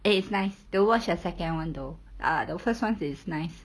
it is nice don't watch the second [one] though the first [one] is nice